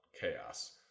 chaos